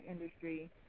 industry